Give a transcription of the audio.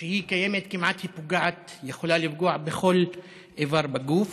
כשהיא קיימת היא יכולה לפגוע בכל איבר בגוף.